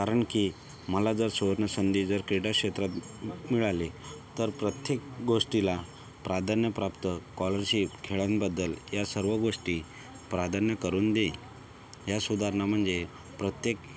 कारण की मला जर सुवर्णसंधी जर क्रीडाक्षेत्रात मिळाली तर प्रत्येक गोष्टीला प्राधान्यप्राप्त कॉलरशिप खेळांबद्दल या सर्व गोष्टी प्राधान्य करून देई या सुधारणा म्हणजे प्रत्येक